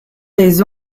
des